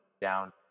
down